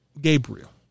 Gabriel